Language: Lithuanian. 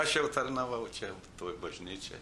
aš jau tarnavau čia toj bažnyčioj